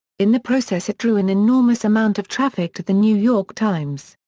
in the process it drew an enormous amount of traffic to the new york times.